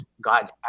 God